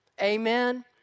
Amen